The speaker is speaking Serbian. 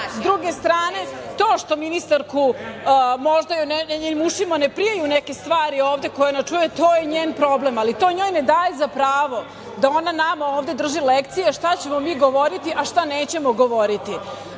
druge strane, to što ministarki, možda njenim ušima ne prijaju neke stvari ovde koje ona čuje, to je njen problem. Ali, to njoj ne daje za pravo da ona nama ovde drži lekcije šta ćemo mi govoriti, a šta nećemo govoriti.